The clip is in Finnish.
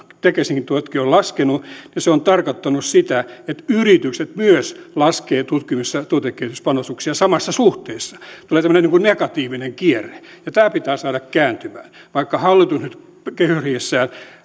tekesinkin tuet ovat laskeneet niin se on tarkoittanut sitä että myös yritykset laskevat tutkimus ja tuotekehityspanostuksia samassa suhteessa tulee tämmöinen niin kuin negatiivinen kierre ja tämä pitää saada kääntymään vaikka hallitus nyt kehysriihessään